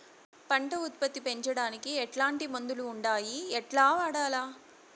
పంట ఉత్పత్తి పెంచడానికి ఎట్లాంటి మందులు ఉండాయి ఎట్లా వాడల్ల?